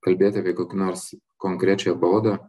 kalbėti apie kokią nors konkrečią baudą